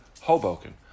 Hoboken